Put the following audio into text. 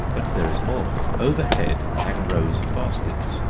but there is more. overhead hang rows of baskets,